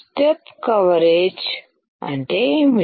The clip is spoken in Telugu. స్టెప్ కవరేజ్ అంటే ఏమిటి